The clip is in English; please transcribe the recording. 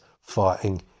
fighting